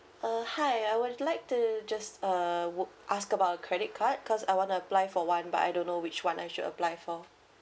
uh hi I would like to just uh would ask about credit card cause I wanna apply for one but I don't know which one I should apply for